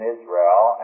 Israel